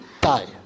die